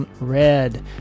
red